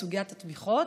בהחלט, בסוגיית התמיכות,